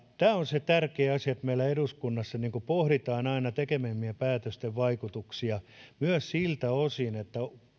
tämä on se tärkeä asia että meillä eduskunnassa pohditaan aina tekemiemme päätösten vaikutuksia myös siltä osin että